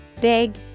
big